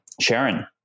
Sharon